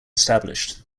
established